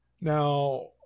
Now